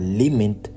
limit